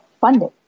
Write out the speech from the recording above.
funding